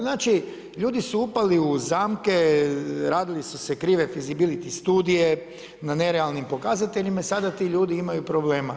Znači ljudi su upali u zamke, radile su se krive fizibiliti studija na nerealnim pokazateljima i sada ti ljudi imaju problema.